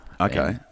Okay